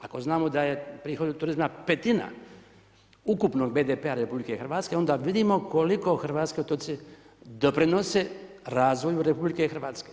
Ako znamo da je prihod od turizma petina, ukupnog BDP-a RH, onda vidimo koliko hrvatski otoci doprinose razvoju RH.